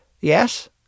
Yes